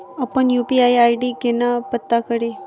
अप्पन UPI ID केना पत्ता कड़ी?